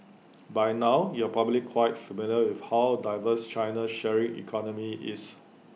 by now you're probably quite familiar with how diverse China's sharing economy is